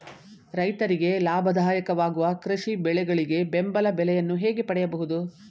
ರೈತರಿಗೆ ಲಾಭದಾಯಕ ವಾಗುವ ಕೃಷಿ ಬೆಳೆಗಳಿಗೆ ಬೆಂಬಲ ಬೆಲೆಯನ್ನು ಹೇಗೆ ಪಡೆಯಬಹುದು?